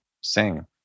sing